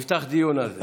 נפתח דיון על זה.